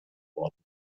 worten